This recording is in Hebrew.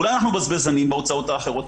אולי אנחנו בזבזנים בהוצאות האחרות?